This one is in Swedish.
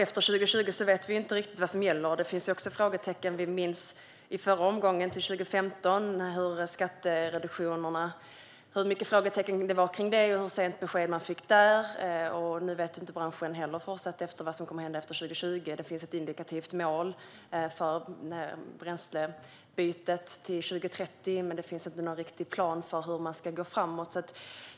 Efter 2020 vet vi inte riktigt vad som gäller. Det finns andra frågetecken. Vi minns i förra omgången till 2015 hur många frågetecken det var om skattereduktionerna och hur sent besked man fick där. Nu vet inte branschen vad som fortsatt kommer att hända efter 2020. Det finns ett indikativt mål för bränslebytet till 2030. Men det finns inte någon riktig plan för hur man ska gå framåt.